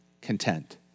content